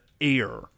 air